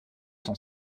cent